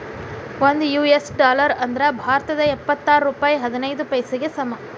ಒಂದ್ US dollar ಅಂದ್ರ ಭಾರತದ್ ಎಪ್ಪತ್ತಾರ ರೂಪಾಯ್ ಹದಿನೈದ್ ಪೈಸೆಗೆ ಸಮ